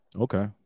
Okay